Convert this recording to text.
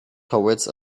towards